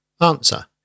Answer